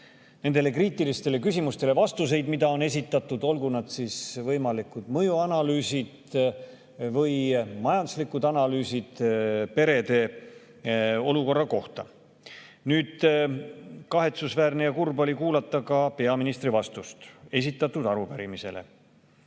nendele kriitilistele küsimustele, mida on esitatud, olgu need siis võimalikud mõjuanalüüsid või majanduslikud analüüsid perede olukorra kohta. Kahetsusväärne ja kurb oli ka kuulata peaministri vastust esitatud arupärimisele.